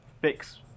fix